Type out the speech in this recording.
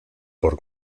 por